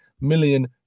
million